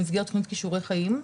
במסגרת תכנית כישורי חיים,